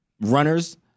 runners